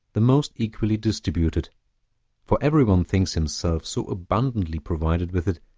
the most equally distributed for every one thinks himself so abundantly provided with it,